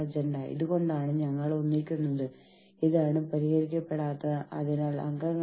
അതിനാൽ അവർ നൽകുന്ന സേവനങ്ങൾക്ക് നിങ്ങൾ ഒരു തുക അടയ്ക്കുന്നു